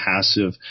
passive